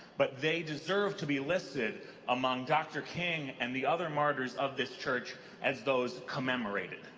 but they deserve to be listed among dr. king and the other martyrs of this church, as those commemorated.